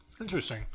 Interesting